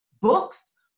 books